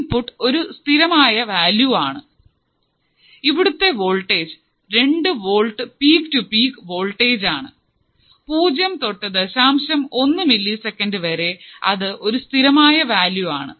input ഒരു സ്ഥിരമായ value ആണ് ഇവിടുത്തെ വോൾട്ടേജ് രണ്ടു volt peak to peak voltage ആണ് പൂജ്യം തൊട്ടു ദശാംശം ഒന്ന് മില്ലി സെക്കന്റ് വരെ അത് ഒരു സ്ഥിരമായ വാല്യൂ ആണ്